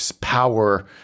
power